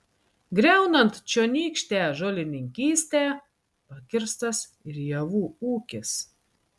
griaunant čionykštę žolininkystę pakirstas ir javų ūkis